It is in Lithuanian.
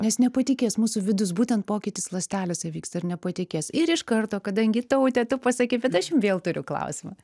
nes nepatikės mūsų vidus būtent pokytis ląstelėse vyksta ir nepatikės ir iš karto kadangi taute tu pasakei bet aš jum vėl turiu klausimą